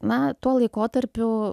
na tuo laikotarpiu